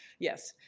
yes.